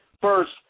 First